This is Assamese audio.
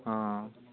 অঁ